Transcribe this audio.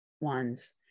ones